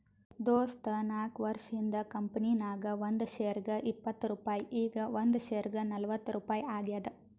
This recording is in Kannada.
ದೋಸ್ತ ನಾಕ್ವರ್ಷ ಹಿಂದ್ ಕಂಪನಿ ನಾಗ್ ಒಂದ್ ಶೇರ್ಗ ಇಪ್ಪತ್ ರುಪಾಯಿ ಈಗ್ ಒಂದ್ ಶೇರ್ಗ ನಲ್ವತ್ ರುಪಾಯಿ ಆಗ್ಯಾದ್